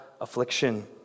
affliction